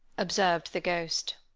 observed the ghost.